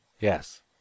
Yes